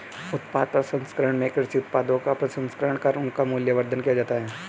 उत्पाद प्रसंस्करण में कृषि उत्पादों का प्रसंस्करण कर उनका मूल्यवर्धन किया जाता है